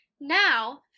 Now